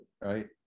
right